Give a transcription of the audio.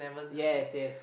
yes yes